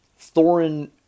Thorin